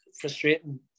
frustrating